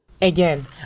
Again